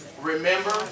Remember